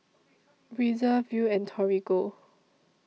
Breezer Viu and Torigo